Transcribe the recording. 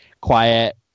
quiet